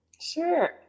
Sure